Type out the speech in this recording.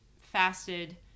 fasted